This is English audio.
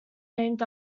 named